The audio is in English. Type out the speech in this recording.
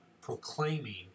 proclaiming